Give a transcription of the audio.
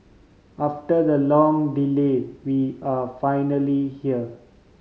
after the long delay we are finally here